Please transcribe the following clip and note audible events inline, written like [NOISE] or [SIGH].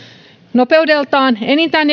nopeudeltaan enintään [UNINTELLIGIBLE]